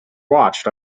watched